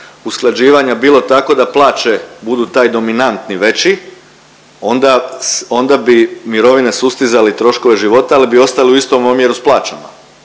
usklađivanja bilo tako da plaće budu taj dominantni veći, onda bi mirovine sustizali troškove života, ali bi ostali u istom omjeru sa plaćama,